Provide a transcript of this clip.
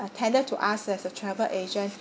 attended to us as a travel agent